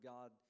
God